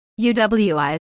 UWI